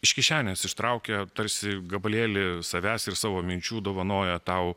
iš kišenės ištraukia tarsi gabalėlį savęs ir savo minčių dovanoja tau